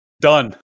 Done